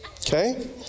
Okay